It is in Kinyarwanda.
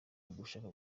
ugushaka